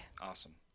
Awesome